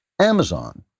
Amazon